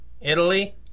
Italy